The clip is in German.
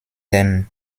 dem